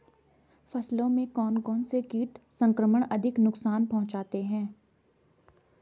फसलों में कौन कौन से कीट संक्रमण अधिक नुकसान पहुंचाते हैं?